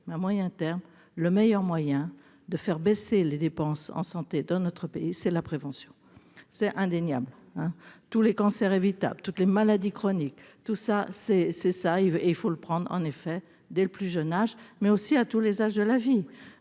mais à moyen terme, le meilleur moyen de faire baisser les dépenses en santé dans notre pays, c'est la prévention, c'est indéniable, tous les cancers évitables toutes les maladies chroniques, tout ça c'est c'est ça arrive est il faut le prendre en effet dès le plus jeune âge, mais aussi à tous les âges de la vie,